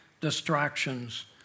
distractions